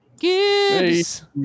Gibbs